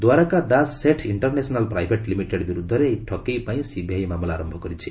Dwarka Das Seth international private limited ବିରୁଦ୍ଧରେ ଏହି ଠକେଇ ପାଇଁ ସିବିଆଇ ମାମଲା ଆରମ୍ଭ କରିଛି